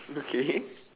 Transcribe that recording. okay